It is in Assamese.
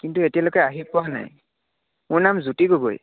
কিন্তু এতিয়ালৈকে আহি পোৱা নাই মোৰ নাম জ্যোতি গগৈ